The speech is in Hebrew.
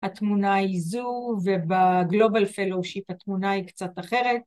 התמונה היא זו ובגלובל פלושיפ התמונה היא קצת אחרת